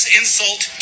insult